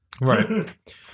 Right